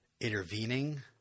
intervening